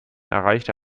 erreichte